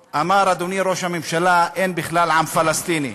אמר, אדוני ראש הממשלה: אין בכלל עם פלסטיני.